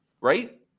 right